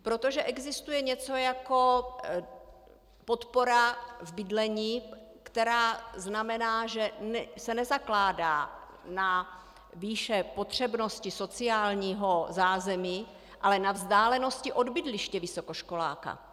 Protože existuje něco jako podpora bydlení, která znamená, že se nezakládá na výši potřebnosti sociálního zázemí, ale na vzdálenosti od bydliště vysokoškoláka.